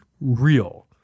real